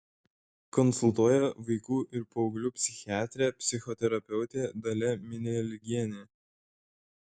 konsultuoja vaikų ir paauglių psichiatrė psichoterapeutė dalia minialgienė